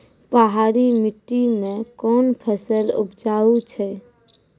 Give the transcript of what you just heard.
पहाड़ी मिट्टी मैं कौन फसल उपजाऊ छ?